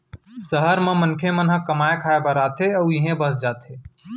सहर म मनखे मन ह कमाए खाए बर आथे अउ इहें बस जाथे